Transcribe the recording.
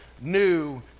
new